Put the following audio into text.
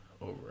over